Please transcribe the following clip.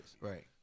Right